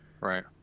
Right